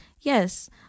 yes